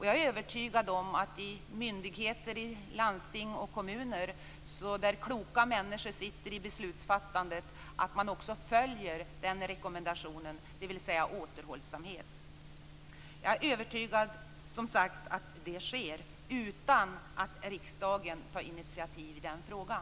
Jag är övertygad om att man i myndigheter, landsting och kommuner - där kloka människor sitter i beslutsfattande positioner - följer den rekommendationen, dvs. återhållsamhet. Jag är övertygad om att det sker utan att riksdagen tar initiativ i den frågan.